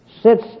sits